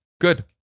good